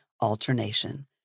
alternation